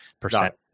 percent